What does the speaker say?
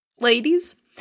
Ladies